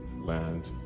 land